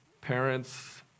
parents